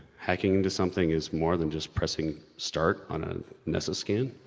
hacking into something is more than just pressing start on a nessus scan,